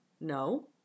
No